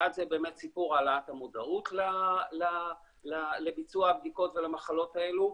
אחת זה באמת סיפור העלאת המודעות לביצוע הבדיקות ולמחלות האלה.